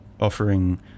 offering